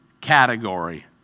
category